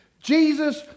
Jesus